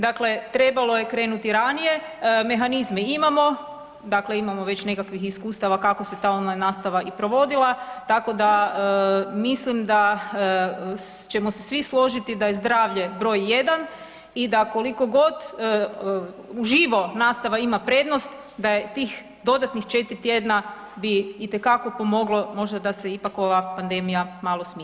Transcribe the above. Dakle trebalo je krenuti ranije, mehanizme imamo, dakle imamo već nekakvih iskustava kako se ta online nastava i provodila, tako da mislim da ćemo se svi složiti da je zdravlje br. 1 i da koliko god uživo nastava ima prednost da je tih dodatnih 4 tjedna bi itekako pomoglo možda da se ipak ova pandemija malo smiri.